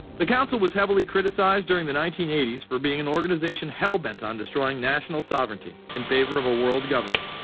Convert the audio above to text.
the council was heavily criticized during the nineteen eighty s for being an organization hell-bent on destroying national sovereignty, in favor of a world government.